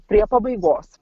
prie pabaigos